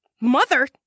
Mother